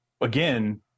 again